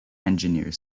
engineer